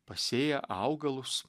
pasėję augalus